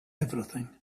everything